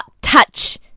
touch